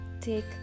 take